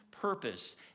purpose